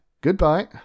goodbye